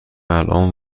الان